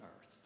earth